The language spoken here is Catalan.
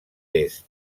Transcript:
est